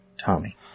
Tommy